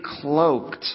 cloaked